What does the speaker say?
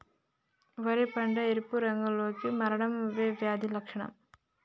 వరి పంట ఎరుపు రంగు లో కి మారడం ఏ వ్యాధి లక్షణం?